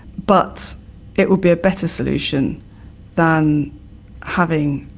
but it would be a better solution than having,